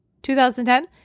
2010